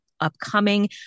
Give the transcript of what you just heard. upcoming